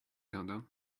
countdown